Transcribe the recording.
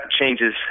changes